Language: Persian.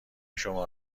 شما